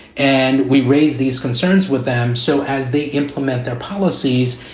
and we raise these concerns with them. so as they implement their policies,